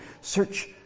Search